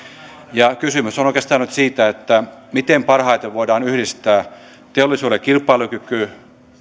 kysymys on on oikeastaan nyt siitä miten parhaiten voidaan yhdistää teollisuuden kilpailukyky